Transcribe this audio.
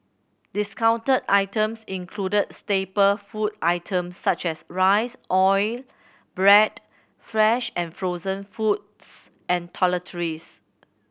discounted items included staple food items such as rice oil bread fresh and frozen foods and toiletries